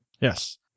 Yes